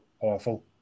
awful